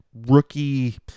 rookie